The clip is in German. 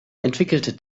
entwickelte